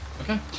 Okay